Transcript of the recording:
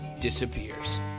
disappears